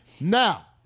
Now